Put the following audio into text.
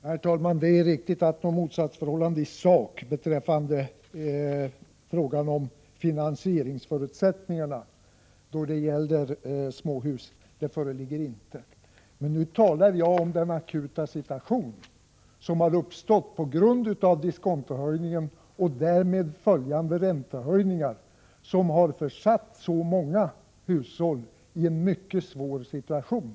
Herr talman! Det är riktigt att det inte föreligger något motsatsförhållande i sak beträffande frågan om finansieringsförutsättningarna när det gäller småhus. Men nu talar jag om den akuta situation som har uppstått på grund av diskontohöjningen och därmed följande räntehöjningar som har försatt så många hushåll i en mycket svår situation.